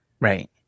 Right